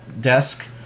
desk